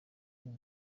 ubu